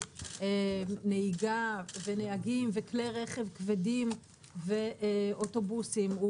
נהיגה ונהגים וכלי רכב כבדים ואוטובוסים.